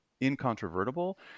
incontrovertible